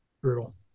brutal